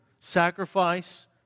sacrifice